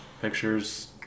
pictures